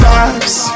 Vibes